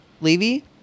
Levy